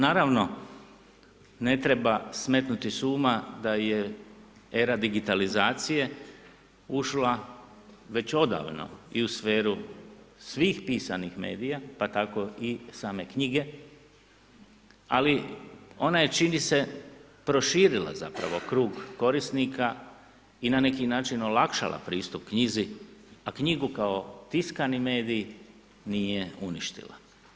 Naravno ne treba smetnuti s uma da je era digitalizacije ušla već odavno i u sferu svih pisanih medija pa tako i same knjige ali ona je čini se, proširila zapravo krug korisnika i na neki način olakšala pristup knjizi a knjigu kao tiskani medij nije uništila.